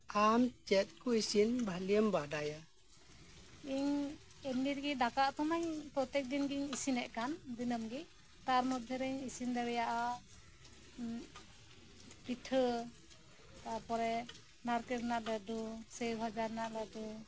ᱟᱢ ᱪᱮᱫ ᱠᱚ ᱤᱥᱤᱱ ᱵᱷᱟᱜᱮᱢ ᱵᱟᱰᱟᱭᱟ ᱤᱧ ᱮᱢᱱᱤᱨᱮᱜᱮ ᱫᱟᱠᱟ ᱩᱛᱩᱢᱟᱧ ᱯᱨᱚᱛᱮᱠ ᱫᱤᱱ ᱜᱤᱧ ᱤᱥᱤᱱᱮᱫ ᱠᱟᱱ ᱫᱤᱱᱟᱹᱢ ᱜᱮ ᱛᱟᱨᱢᱚᱫᱽᱷᱮᱨᱮᱧ ᱤᱥᱤᱱ ᱫᱟᱲᱮᱹᱭᱟᱜᱼᱟ ᱯᱤᱴᱷᱟᱹ ᱛᱟᱨᱯᱚᱨᱮ ᱱᱟᱨᱠᱮᱞ ᱨᱮᱱᱟᱜ ᱞᱟᱹᱰᱩ ᱥᱮᱣᱵᱷᱟᱡᱟ ᱨᱮᱱᱟᱜ ᱞᱟᱹᱰᱩ